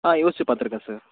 ஆ யோசித்து பார்த்துருக்கேன் சார்